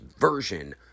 version